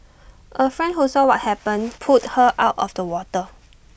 A friend who saw what happened pulled her out of the water